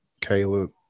Caleb